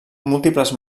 múltiples